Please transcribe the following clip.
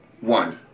One